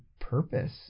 purpose